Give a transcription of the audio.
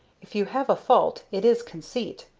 if you have a fault it is conceit.